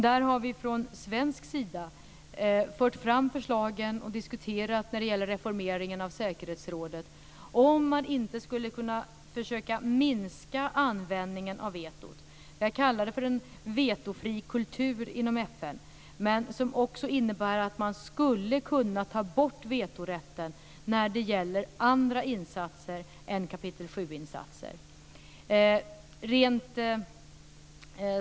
Där har vi från svensk sida fört fram förslag och diskuterat när det gäller reformeringen av säkerhetsrådet om man inte skulle kunna försöka minska användningen av vetot. Vi har kallat det för en vetofri kultur inom FN. Den innebär också att man skulle kunna ta bort vetorätten när det gäller andra insatser än kapitel 7-insatser.